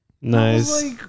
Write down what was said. Nice